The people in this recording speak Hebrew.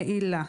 נעילה,